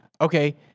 okay